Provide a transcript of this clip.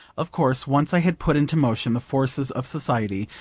of course once i had put into motion the forces of society,